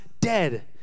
dead